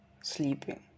sleeping